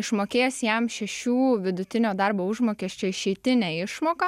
išmokės jam šešių vidutinio darbo užmokesčio išeitinę išmoką